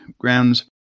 grounds